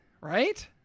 Right